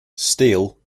steele